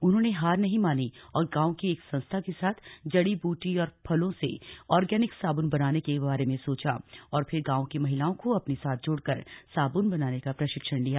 उन्होंने हार नहीं मानी और गांव की एक संस्था के साथ जड़ी बूटी और फलों से ऑर्गेनिक साबुन बनाने के बारे में सोचा और फिर गांव की महिलाओं को अपने साथ जोड़कर साबुन बनाने का प्रशिक्षण लिया